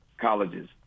colleges